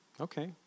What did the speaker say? Okay